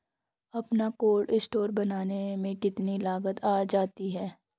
अपना cold store बनाने में कितनी लागत आ जाती है?